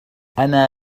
أنا